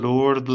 Lord